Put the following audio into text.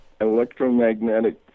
electromagnetic